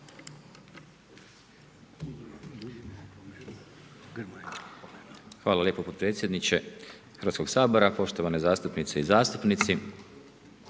Hvala lijepo potpredsjedniče Hrvatskog sabora. Poštovane zastupnice i zastupnici.